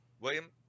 William